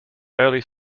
early